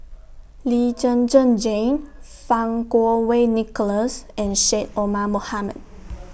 Lee Zhen Zhen Jane Fang Kuo Wei Nicholas and Syed Omar Mohamed